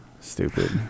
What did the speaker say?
Stupid